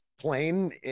plane